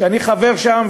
שאני חבר בה,